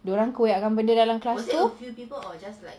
dorang koyakkan benda dalam class tu